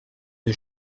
une